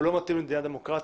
הוא לא מתאים למדינה דמוקרטית,